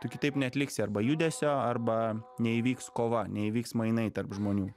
kitaip neatliksi arba judesio arba neįvyks kova neįvyks mainai tarp žmonių